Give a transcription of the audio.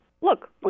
Look